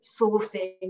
sourcing